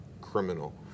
criminal